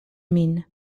min